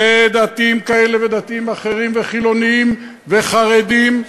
ודתיים כאלה ודתיים אחרים וחילונים, וחרדים,